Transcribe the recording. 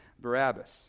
Barabbas